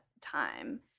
time